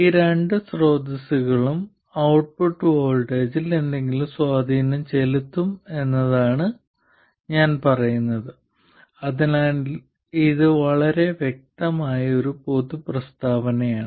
ഈ രണ്ട് സ്രോതസ്സുകളും ഔട്ട്പുട്ട് വോൾട്ടേജിൽ എന്തെങ്കിലും സ്വാധീനം ചെലുത്തും എന്നതാണ് ഞാൻ പറയുന്നത് അതിനാൽ ഇത് വളരെ വ്യക്തമായ ഒരു പൊതു പ്രസ്താവനയാണ്